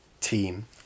team